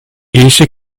easy